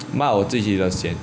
冒我自己的险